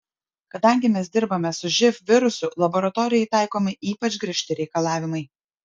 kadangi mes dirbame su živ virusu laboratorijai taikomi ypač griežti reikalavimai